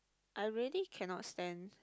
I really cannot stand